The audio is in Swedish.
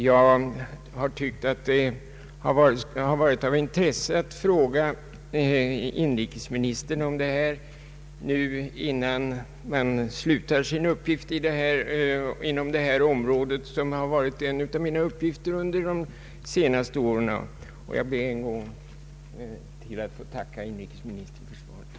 Det har varit av intresse för mig att ställa denna fråga till inrikesministern innan jag slutar min verksamhet inom ett område som har hört till mina uppgifter under de senaste åren. Jag ber än en gång att få tacka inrikesministern för svaret.